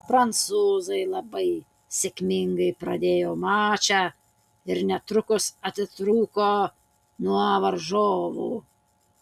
prancūzai labai sėkmingai pradėjo mačą ir netrukus atitrūko nuo varžovų